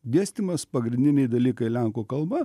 dėstymas pagrindiniai dalykai lenkų kalba